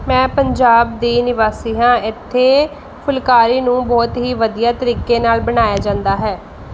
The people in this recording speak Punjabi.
ਮੈਂ ਪੰਜਾਬ ਦੀ ਨਿਵਾਸੀ ਹਾਂ ਇੱਥੇ ਫੁਲਕਾਰੀ ਨੂੰ ਬਹੁਤ ਹੀ ਵਧੀਆ ਤਰੀਕੇ ਨਾਲ ਬਣਾਇਆ ਜਾਂਦਾ ਹੈ